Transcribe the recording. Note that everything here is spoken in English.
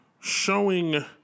showing